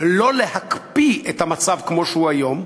לא להקפיא את המצב כמו שהוא היום,